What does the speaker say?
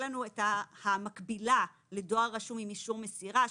לנו את המקבילה לדואר רשום עם אישור מסירה,